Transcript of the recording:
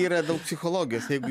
yra daug psichologijos jeigu